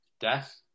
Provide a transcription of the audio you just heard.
death